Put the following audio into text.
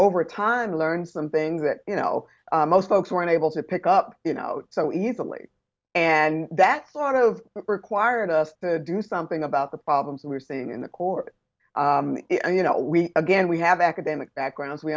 over time learned some things that you know most folks weren't able to pick up you know so easily and that sort of required to do something about the problems we're seeing in the court and you know we again we have academic backgrounds we